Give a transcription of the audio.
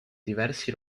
diversi